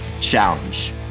challenge